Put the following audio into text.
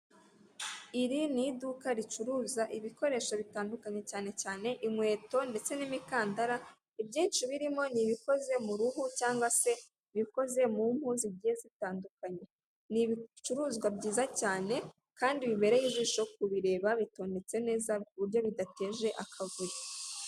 Iri ni iduka ricuruza ibintu ibioresho bitandukanye cyane cyane inkweto ndetse n'imikandara, ibyinshi birimo ni ibikoze mu ruhu cyangwa se ibikoze mu mpu zigiye zitandukanye, ni ibicuruzwa byiza cyane kandi bibereye ijisho kubireba bitondetse neza kandi bidateje akavuyo.